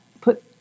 put